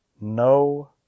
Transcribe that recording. no